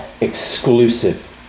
exclusive